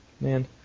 man